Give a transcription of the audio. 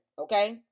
Okay